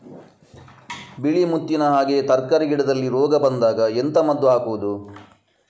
ಬಿಳಿ ಮುತ್ತಿನ ಹಾಗೆ ತರ್ಕಾರಿ ಗಿಡದಲ್ಲಿ ರೋಗ ಬಂದಾಗ ಎಂತ ಮದ್ದು ಹಾಕುವುದು?